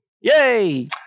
Yay